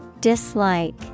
Dislike